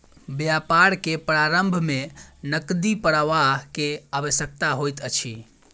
व्यापार के प्रारम्भ में नकदी प्रवाह के आवश्यकता होइत अछि